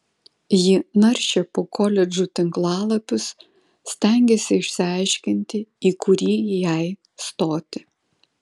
ji naršė po koledžų tinklalapius stengėsi išsiaiškinti į kurį jai stoti